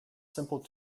simple